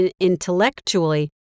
intellectually